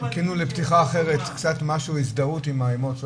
חיכינו לפתיחה אחרת, קצת משהו הזדהות עם אימהות,